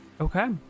Okay